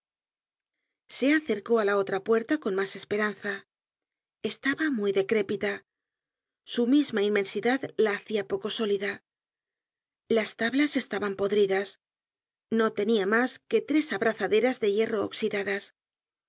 se acercó á la otra puerta con mas esperanza estaba muy decrépita su misma inmensidad la hacia poco sólida las tablas estaban podridas no tenia mas que tres abrazaderas de hierro oxidadas